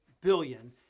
billion